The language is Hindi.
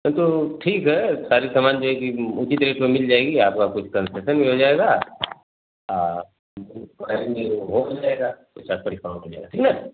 हाँ तो ठीक है सारी सामान जो है कि उचित रेट में मिल जाएगी आपका कुछ कनसेशन भी हो जाएगा हो जाएगा उस हिसाब से आपका काम हो जाएगा ठीक है